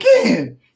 again